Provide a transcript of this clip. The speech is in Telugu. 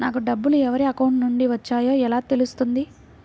నాకు డబ్బులు ఎవరి అకౌంట్ నుండి వచ్చాయో ఎలా తెలుస్తుంది?